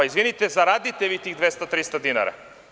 Izvinite, zaradite vi tih 200, 300 dinara.